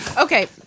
Okay